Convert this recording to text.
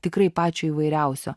tikrai pačio įvairiausio